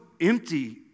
empty